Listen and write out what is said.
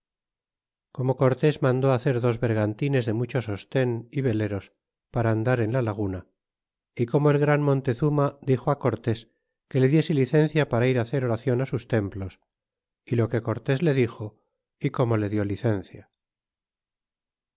como cortés mandó hacer dos vergantines de mucho sosten d veleros para andar en la laguna y como el gran montezuma dixo á cortés que le diese licencia para ir á hacer oracion á sus templos y lo que cortés le divo y como le dió licencia